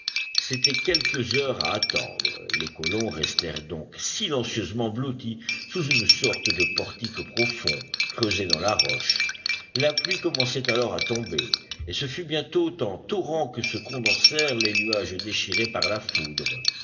c'étaient quelques heures à attendre les colons restèrent donc silencieusement blottis sous une sorte de portique profond creusé dans la roche la pluie commençait alors à tomber et ce fut bientôt en torrents que se condensèrent les nuages déchirés par la foudre